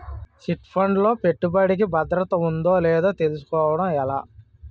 Chit fund లో పెట్టుబడికి భద్రత ఉందో లేదో తెలుసుకోవటం ఎలా?